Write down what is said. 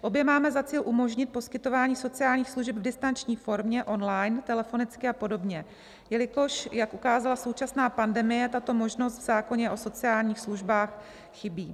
Obě máme za cíl umožnit poskytování sociálních služeb v distanční formě, online, telefonicky a podobně, jelikož jak ukázala současná pandemie, tato možnost v zákoně o sociálních službách chybí.